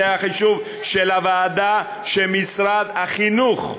זה החישוב של הוועדה שמשרד החינוך,